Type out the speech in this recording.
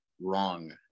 wrong